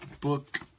book